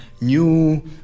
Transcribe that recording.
New